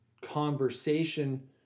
conversation